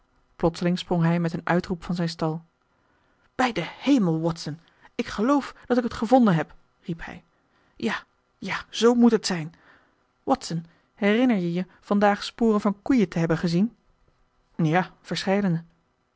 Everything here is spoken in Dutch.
plotseling sprong hij met een uitroep van zijn stoel bij den hemel watson ik geloof dat ik het gevonden heb riep hij ja ja zoo moet het zijn watson herinner je je vandaag sporen van koeien te hebben gezien ja